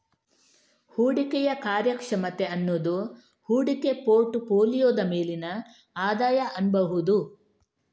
ಹೂಡಿಕೆಯ ಕಾರ್ಯಕ್ಷಮತೆ ಅನ್ನುದು ಹೂಡಿಕೆ ಪೋರ್ಟ್ ಫೋಲಿಯೋದ ಮೇಲಿನ ಆದಾಯ ಅನ್ಬಹುದು